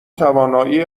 توانایی